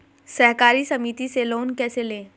सहकारी समिति से लोन कैसे लें?